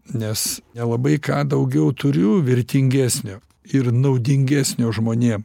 nes nelabai ką daugiau turiu vertingesnio ir naudingesnio žmonė